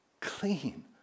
clean